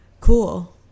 cool